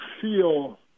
feel